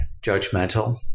judgmental